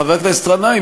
חבר הכנסת גנאים,